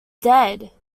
dead